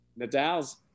Nadal's